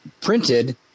printed